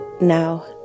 now